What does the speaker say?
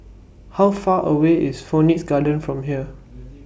How Far away IS Phoenix Garden from here